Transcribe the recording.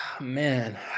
Man